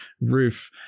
roof